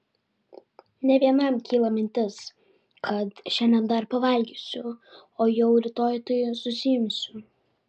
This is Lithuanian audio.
ne vienam kyla mintis kad šiandien dar pavalgysiu o jau rytoj tai susiimsiu